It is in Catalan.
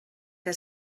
que